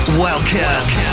welcome